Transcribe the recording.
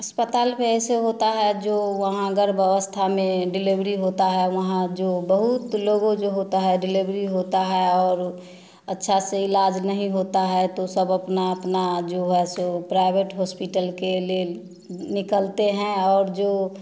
अस्पताल भी ऐसे होता है जो जो वहाँ गर्भ अवस्था में डिलीवरी होता है वहाँ जो लोगों जो होता है डिलीवरी होता है और अच्छा से इलाज नहीं होता है तो सब अपना अपना अपना जो है सो प्राइवेट हॉस्पिटल के ले निकलते हैं और जो